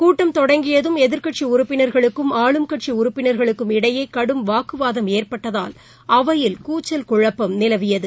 கூட்டம் தொடங்கியதும் எதிர்க்கட்சிஉறுப்பினர்களுக்கும் கட்சிஉறுப்பினர்களும் ஆளும் இடையேகடும் வாக்குவாதம் ஏற்பட்டதால் அவையில் கூச்சல் குழப்பம் நிலவியது